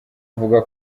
uvuga